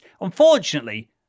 Unfortunately